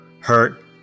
hurt